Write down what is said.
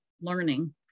learning